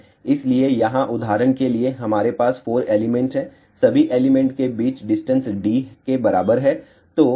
इसलिए यहां उदाहरण के लिए हमारे पास 4 एलिमेंट हैं सभी एलिमेंट के बीच की डिस्टेंस d के बराबर है